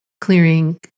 clearing